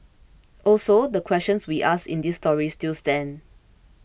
also the questions we asked in this story still stand